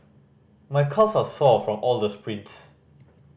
my calves are sore from all the sprints